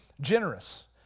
generous